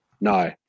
No